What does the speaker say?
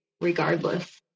regardless